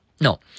No